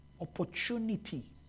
Opportunity